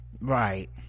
right